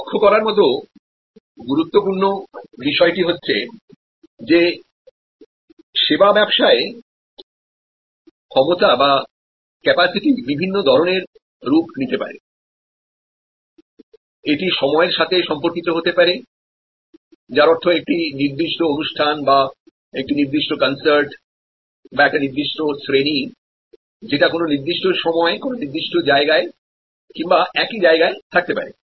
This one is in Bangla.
লক্ষ করার মত গুরুত্বপূর্ণ বিষয়টি হচ্ছে যে সার্ভিস বিজনেসে ক্যাপাসিটি বিভিন্ন ধরণের রূপ নিতে পারে এটি সময়ের সাথে সম্পর্কিত হতে পারে যার অর্থ একটি নির্দিষ্ট অনুষ্ঠান বা একটি নির্দিষ্ট কনসার্টবা একটি নির্দিষ্ট শ্রেণি যেটা কোনও নির্দিষ্টসময় কোন নির্দিষ্ট জায়গায় কিংবা একই জায়গায় থাকতে পারে